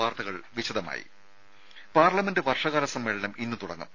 വാർത്തകൾ വിശദമായി പാർലമെന്റ് വർഷകാല സമ്മേളനം ഇന്ന് തുടങ്ങും